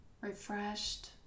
refreshed